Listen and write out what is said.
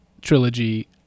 trilogy